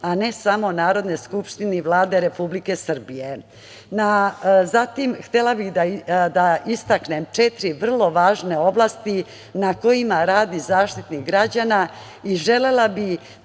a ne samo Narodne skupštine i Vlade Republike Srbije. Zatim, htela bih da istaknem četiri vrlo važne oblasti na kojima radi Zaštitnik građana i želela bih